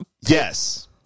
Yes